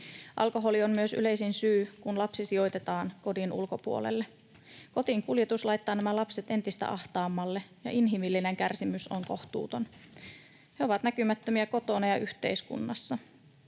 Alkoholi on myös yleisin syy, kun lapsi sijoitetaan kodin ulkopuolelle. Kotiinkuljetus laittaa nämä lapset entistä ahtaammalle, ja inhimillinen kärsimys on kohtuuton. He ovat näkymättömiä kotona ja yhteiskunnassa.